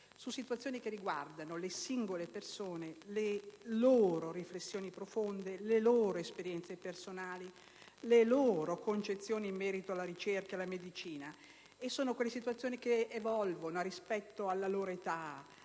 su situazioni che riguardano le singole persone, le loro riflessioni profonde, le loro esperienze personali, le loro concezioni in merito alla ricerca e alla medicina, e sono situazioni che evolvono rispetto alla loro età,